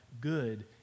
good